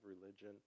religion